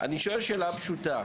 אני שואל שאלה פשוטה.